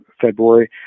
february